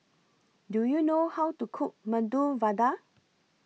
Do YOU know How to Cook Medu Vada